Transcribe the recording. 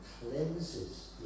cleanses